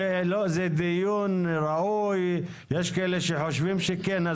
זה דיון ראוי, יש כאלה שחושבים שכן.